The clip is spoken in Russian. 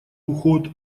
уход